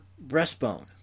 breastbone